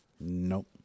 Nope